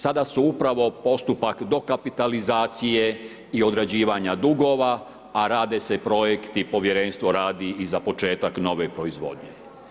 Sada su upravo postupak dokapitalizacije i odrađivanja dugova a rade se projekti, povjerenstvo radi i za početak nove proizvodnje.